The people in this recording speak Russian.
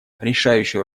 решающую